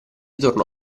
tornò